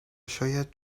شاید